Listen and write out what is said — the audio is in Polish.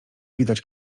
widać